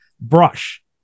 brush